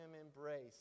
embrace